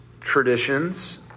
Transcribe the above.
traditions